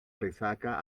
resaca